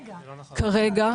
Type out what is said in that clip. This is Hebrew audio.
כרגע,